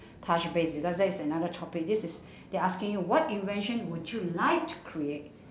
touch base because that is another topic this is they're asking you what invention would you like to create`